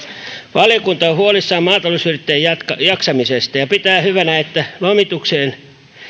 valiokunta on huolissaan maatalousyrittäjien jaksamisesta ja pitää hyvänä että lomituksen